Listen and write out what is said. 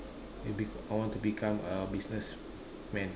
it'll be I want to become a businessman